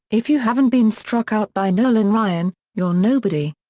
if you haven't been struck out by nolan ryan, you're nobody.